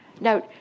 Now